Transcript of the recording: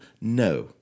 No